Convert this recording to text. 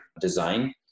design